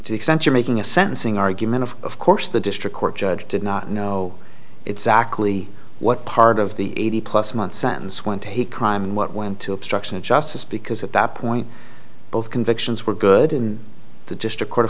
to accenture making a sentencing argument of of course the district court judge did not know exactly what part of the eighty plus month sentence went to hate crime and what went to obstruction of justice because at that point both convictions were good in the district